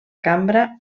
cambra